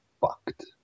fucked